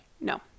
No